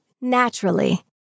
Naturally